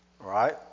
right